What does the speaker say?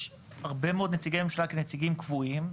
יש הרבה מאוד נציגי ממשלה כנציגים קבועים.